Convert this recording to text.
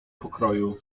pokroju